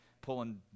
Pulling